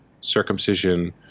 circumcision